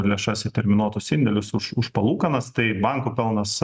lėšas į terminuotus indėlius už už palūkanas tai bankų pelnas